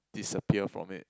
disappear from it